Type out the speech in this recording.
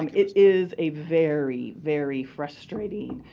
and it is a very, very frustrating